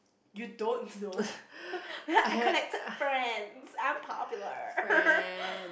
you don't know I collected friends I'm popular